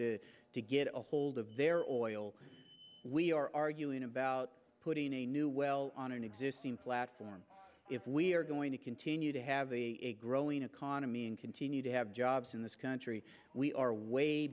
to to get a hold of their oil we are arguing about putting a new well on an existing platform if we're going to continue to have a growing economy and continue to have jobs in this country we are way